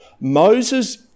Moses